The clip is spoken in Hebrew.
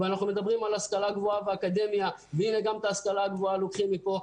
אנחנו מדברים על השכלה גבוהה ואקדמיה וגם את זה לוקחים מפה.